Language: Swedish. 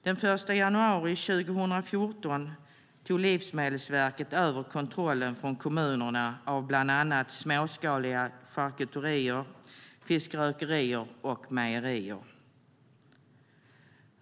Den 1 januari 2014 tog Livsmedelsverket över kontrollen från kommunerna av bland annat småskaliga charkuteriföretag, fiskrökerier och mejerier.